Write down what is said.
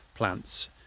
plants